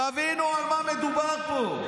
תבינו על מה מדובר פה.